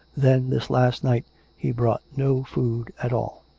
then this last night he brought no food at all.